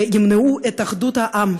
וימנעו את אחדות העם,